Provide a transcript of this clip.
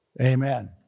Amen